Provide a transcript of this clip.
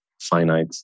finite